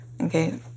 Okay